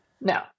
No